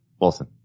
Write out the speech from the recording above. Wilson